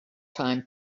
time